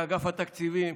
באגף התקציבים,